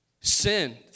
sin